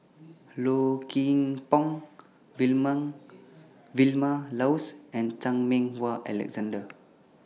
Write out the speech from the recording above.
Low Kim Pong Vilma Laus and Chan Meng Wah Alexander